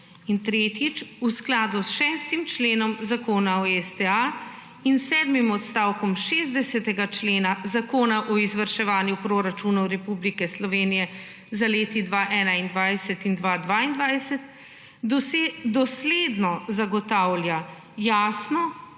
in tretjič, v skladu s 6. členom Zakona o STA in sedmim odstavkom 60. člena Zakona o izvrševanju proračunov Republike Slovenije za leti 2021 in 2022 dosledno zagotavlja jasno